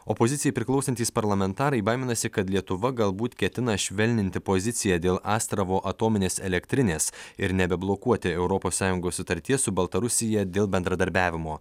opozicijai priklausantys parlamentarai baiminasi kad lietuva galbūt ketina švelninti poziciją dėl astravo atominės elektrinės ir nebeblokuoti europos sąjungos sutarties su baltarusija dėl bendradarbiavimo